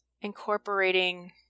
incorporating –